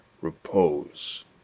repose